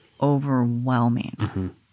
overwhelming